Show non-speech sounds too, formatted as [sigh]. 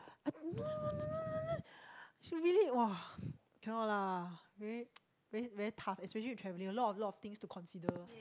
no no no no no she really !wah! cannot lah very [noise] very very tough especially with travelling a lot a lot of thing to consider